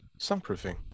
sunproofing